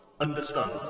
understand